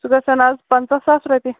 سُہ گژھان اَز پَنٛژاہ ساس رۅپیہِ